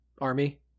Army